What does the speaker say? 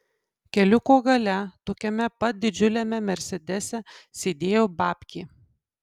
keliuko gale tokiame pat didžiuliame mersedese sėdėjo babkė